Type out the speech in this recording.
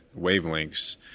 wavelengths